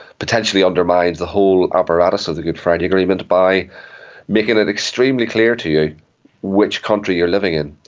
potentially undermines the whole apparatus of the good friday agreement by making it extremely clear to you which country you're living in,